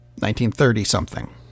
1930-something